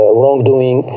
wrongdoing